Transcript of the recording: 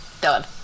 done